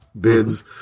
bids